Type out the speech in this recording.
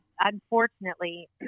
unfortunately